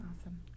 Awesome